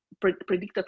predicted